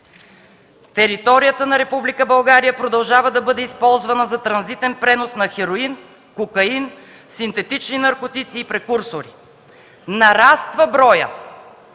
Територията на Република България продължава да бъде използвана за транзитен пренос на хероин, кокаин, синтетични наркотици и прекурсори. Нараства броят